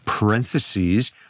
parentheses